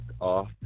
off